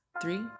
Three